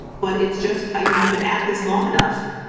but it's just you know i've been at this long enough.